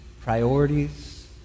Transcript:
priorities